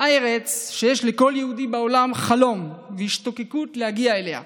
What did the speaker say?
הארץ שיש לכל יהודי בעולם חלום והשתוקקות להגיע אליה,